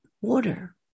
water